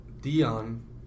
Dion